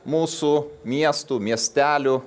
mūsų miestų miestelių